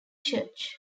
church